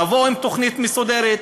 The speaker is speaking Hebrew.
תבואו עם תוכנית מסודרת.